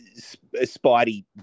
Spidey